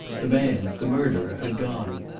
the man the murderer had gone.